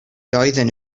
doedden